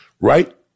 right